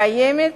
קיימת